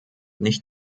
nicht